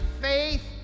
faith